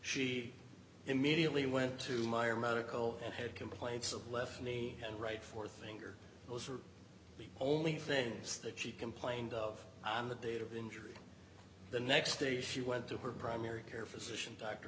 she immediately went to my or medical and had complaints of left knee and right forefinger those are the only things that she complained of on the date of injury the next day she went to her primary care physician d